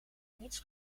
niets